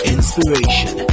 Inspiration